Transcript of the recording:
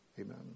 Amen